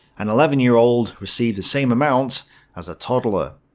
an eleven year old received the same amount as a toddler.